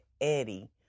Eddie